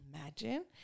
Imagine